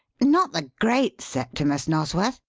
not the great septimus nosworth?